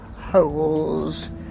holes